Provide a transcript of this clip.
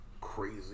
Crazy